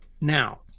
now